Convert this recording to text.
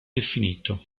definito